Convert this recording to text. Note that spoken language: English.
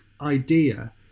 idea